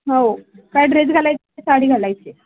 हो काय ड्रेस घालायचा की साडी घालायची आहे